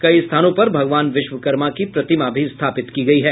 कई स्थानों पर भगवान विश्वकर्मा की प्रतिमा भी स्थापित की गयी है